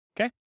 Okay